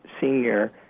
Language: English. senior